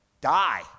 die